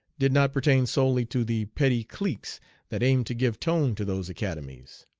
did not pertain solely to the petty cliques that aim to give tone to those academies.